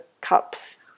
cups